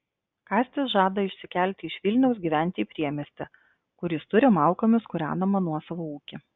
kastis žada išsikelti iš vilniaus gyventi į priemiestį kur jis turi malkomis kūrenamą nuosavą ūkį